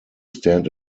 stand